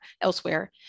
elsewhere